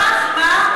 על סמך מה,